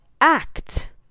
act